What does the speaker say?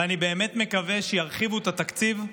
ואני באמת מקווה שירחיבו את התקציב,